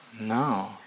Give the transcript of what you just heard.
No